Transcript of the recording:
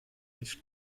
nicht